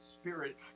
spirit